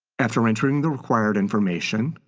after entering the required information,